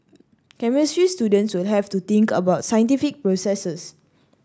chemistry students will have to think about scientific processes